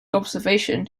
observation